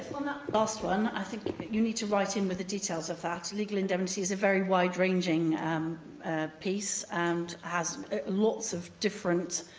last one, i think you need to write in with the details of that. legal indemnity is a very wide-ranging piece and has lots of different,